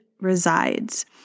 resides